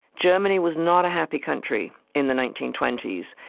germany was not a happy country in the nineteen twenty s.